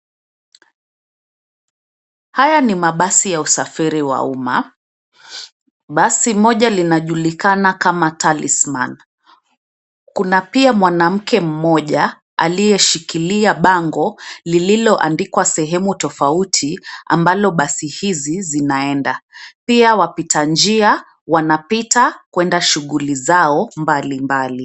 Haya ni mabasi ya usafiri wa umma, basi moja linajulikana kama TALISMAN, kuna pia mwanamke mmoja aliyeshikilia bango lililoandikwa sehemu tofauti ambalo basi hizi zinaenda, pia wapita njia wanapita kuenda shughuli zao mbalimbali.